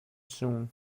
soon